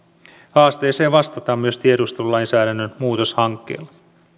haasteeseen vastataan myös tiedustelulainsäädännön muutoshankkeella